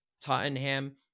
Tottenham